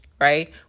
right